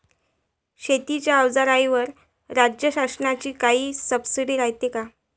शेतीच्या अवजाराईवर राज्य शासनाची काई सबसीडी रायते का?